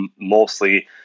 mostly